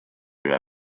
üle